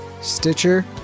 Stitcher